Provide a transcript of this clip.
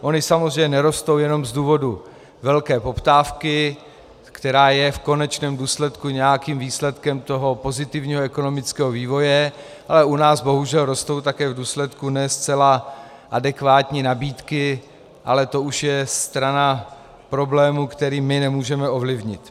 Ony samozřejmě nerostou jenom z důvodu velké poptávky, která je v konečném důsledku nějakým výsledkem toho pozitivního ekonomického vývoje, ale u nás bohužel rostou také v důsledku ne zcela adekvátní nabídky, ale to už je strana problému, který my nemůžeme ovlivnit.